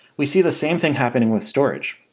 we see the same thing happening with storage.